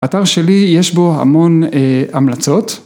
‫האתר שלי יש בו המון המלצות.